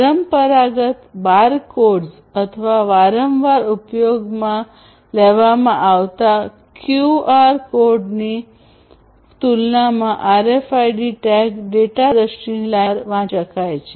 પરંપરાગત bar codes અથવા વારંવાર ઉપયોગમાં લેવામાં આવતા ક્યૂઆર કોડની તુલનામાં આરએફઆઈડી ટેગ ડેટા દૃષ્ટિની લાઇનની બહાર વાંચી શકાય છે